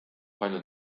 palju